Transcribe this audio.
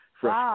fresh